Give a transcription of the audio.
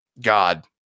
God